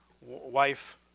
wife